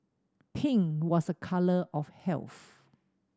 pink was a colour of health